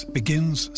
begins